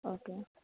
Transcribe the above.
okay